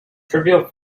trivial